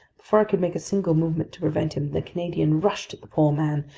before i could make a single movement to prevent him, the canadian rushed at the poor man,